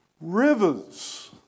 rivers